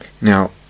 Now